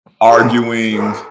arguing